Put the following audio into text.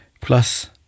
plus